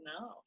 No